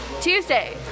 Tuesday